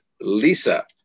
Lisa